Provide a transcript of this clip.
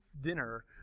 dinner